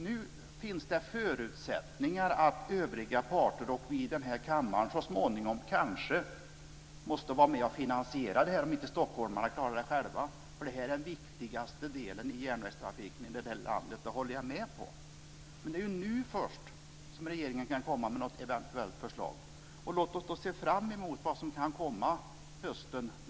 Nu finns det förutsättningar att övriga parter och vi i denna kammare så småningom kanske måste vara med och finansiera, om inte stockholmarna klarar det själva. Det här är den viktigaste delen i järnvägstrafiken i landet, det håller jag med om. Men det är först nu regeringen kan komma med ett eventuellt förslag. Låt oss se fram emot vad som kan komma hösten 01.